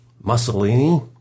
Mussolini